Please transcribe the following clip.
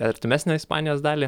artimesnę ispanijos dalį